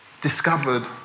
discovered